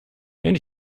many